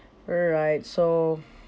alright so